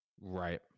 Right